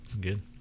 good